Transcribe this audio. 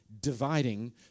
dividing